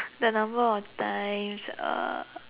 the number of times uh